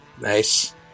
Nice